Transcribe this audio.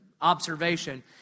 observation